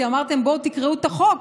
כי אמרתם: בואו תקראו את החוק,